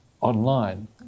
online